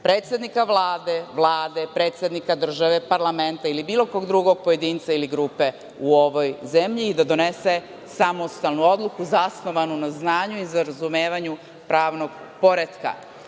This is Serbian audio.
predsednika Vlade, Vlade, predsednika države, parlamenta ili bilo kog drugog pojedinca ili grupe u ovoj zemlji, i da donese samostalnu odluku zasnovanu na znanju i na razumevanju pravnog poretka.